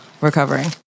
recovering